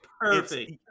Perfect